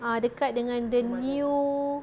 ah dekat dengan the new